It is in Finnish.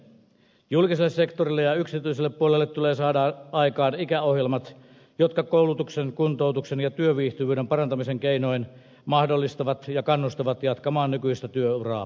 julkiselle sektorille ja yksityiselle puolelle tulee saada aikaan ikäohjelmat jotka koulutuksen kuntoutuksen ja työviihtyvyyden parantamisen keinoin mahdollistavat ja kannustavat jatkamaan nykyistä työuraa pitempään